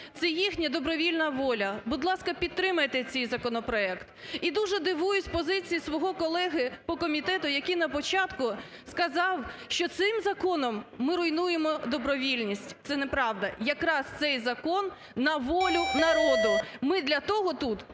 це їхня добровільна воля. Будь ласка, підтримайте цей законопроект. І дуже дивуюсь позиції свого колеги по комітету, який на початку сказав, що цим законом ми руйнуємо добровільність. Це не правда, якраз цей закон на волю народу. Ми для того тут,